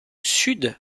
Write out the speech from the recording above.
sud